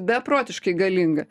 beprotiškai galinga